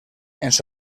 ens